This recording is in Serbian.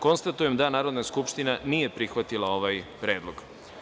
Konstatujem da Narodna skupština nije prihvatila ovaj predlog.